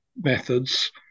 methods